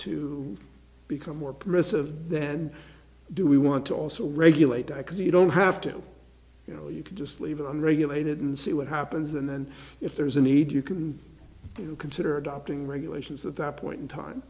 to become more permissive then do we want to also regulate i could say you don't have to you know you could just leave them regulated and see what happens and then if there's a need you can consider adopting regulations at that point in time